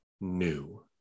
new